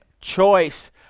choice